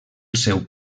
seu